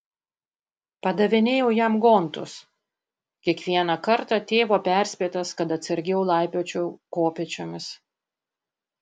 padavinėjau jam gontus kiekvieną kartą tėvo perspėtas kad atsargiau laipiočiau kopėčiomis